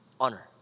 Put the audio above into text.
honor